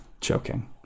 joking